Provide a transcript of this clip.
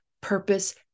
purpose